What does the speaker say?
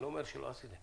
אני לא אומר שלא עשיתם,